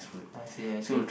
I see I see